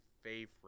favorite